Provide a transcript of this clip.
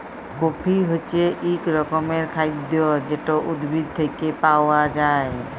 coffee হছে ইক রকমের খাইদ্য যেট উদ্ভিদ থ্যাইকে পাউয়া যায়